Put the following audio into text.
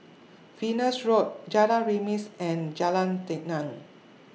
Venus Road Jalan Remis and Jalan Tenang